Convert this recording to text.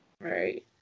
Right